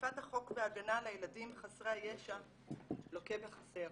אכיפת החוק והגנה על הילדים חסרי הישע לוקה בחסר.